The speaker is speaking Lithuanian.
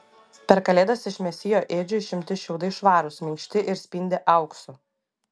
per kalėdas iš mesijo ėdžių išimti šiaudai švarūs minkšti ir spindi auksu